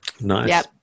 Nice